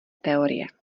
teorie